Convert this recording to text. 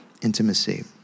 intimacy